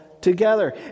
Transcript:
together